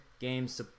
games